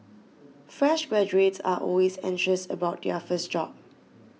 fresh graduates are always anxious about their first job